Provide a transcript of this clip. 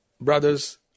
brother's